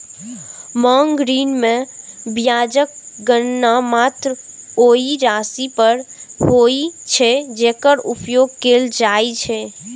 मांग ऋण मे ब्याजक गणना मात्र ओइ राशि पर होइ छै, जेकर उपयोग कैल जाइ छै